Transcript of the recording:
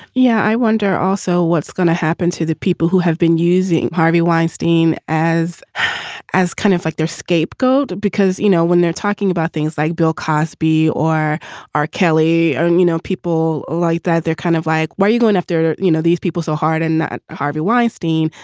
yeah i wonder also what's going to happen to the people who have been using harvey weinstein as as kind of like their scapegoat, because, you know, when they're talking about things like bill cosby or r. kelly or, and you know, people like that, they're kind of like, where are you going after, you know, these people so hard and that. harvey weinstein.